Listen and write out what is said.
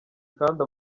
kandi